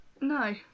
No